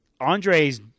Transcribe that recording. Andre's